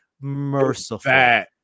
merciful